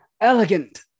elegant